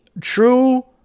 true